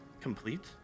complete